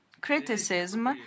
criticism